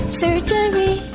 surgery